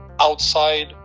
Outside